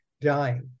dying